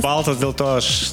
baltos dėl to aš